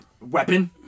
Weapon